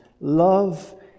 Love